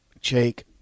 Jake